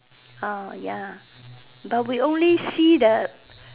ah ya but we only see the